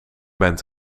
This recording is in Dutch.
bent